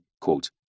quote